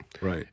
Right